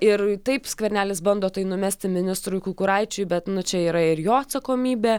ir taip skvernelis bando tai numesti ministrui kukuraičiui bet čia yra ir jo atsakomybė